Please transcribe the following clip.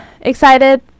excited